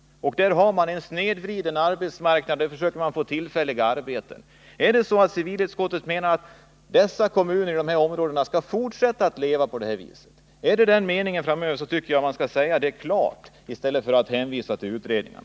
Man har en snedvriden arbetsmarknad och försöker få tillfälliga arbeten. Menar civilutskottet att kommunerna i dessa områden skall fortsätta att leva på det här sättet? Om man menar det, så tycker jag att man skall säga det klart i stället för att hänvisa till utredningarna.